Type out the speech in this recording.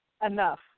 Enough